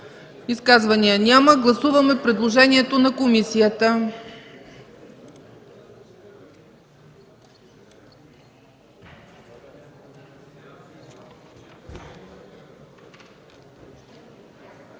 Изказвания? Няма. Гласуваме предложението на комисията.